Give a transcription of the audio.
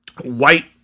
White